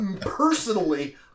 Personally